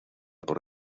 por